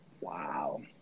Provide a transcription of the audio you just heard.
Wow